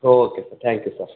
okay sir thank you sir